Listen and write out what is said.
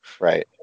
Right